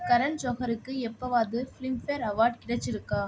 கரண் ஜோஹருக்கு எப்போதாவாது Filmfare award கிடைச்சுருக்கா